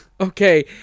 Okay